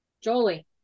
Jolie